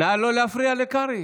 נא לא להפריע לקרעי.